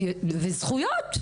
וזכויות,